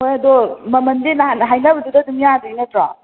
ꯍꯣꯏ ꯑꯗꯣ ꯃꯃꯟꯗꯤ ꯅꯍꯥꯟ ꯍꯥꯏꯅꯕꯗꯨꯗ ꯑꯗꯨꯝ ꯌꯥꯗꯣꯏ ꯅꯠꯇ꯭ꯔꯣ